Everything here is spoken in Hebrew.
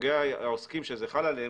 בסוגי העוסקים שזה חל עליהם,